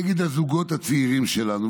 נגד הזוגות הצעירים שלנו.